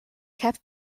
kept